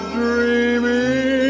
dreaming